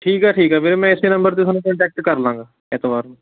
ਠੀਕ ਹੈ ਠੀਕ ਹੈ ਵੀਰੇ ਮੈਂ ਇਸੇ ਨੰਬਰ 'ਤੇ ਤੁਹਾਨੂੰ ਕੰਟੈਕਟ ਕਰ ਲੂੰਗਾ ਐਤਵਾਰ ਨੂੰ